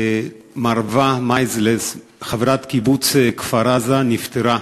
מרווה מייזלס, חברת קיבוץ כפר-עזה, נפטרה.